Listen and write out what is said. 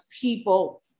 people